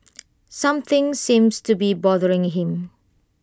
something seems to be bothering him